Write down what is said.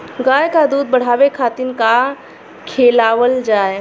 गाय क दूध बढ़ावे खातिन का खेलावल जाय?